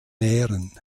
mähren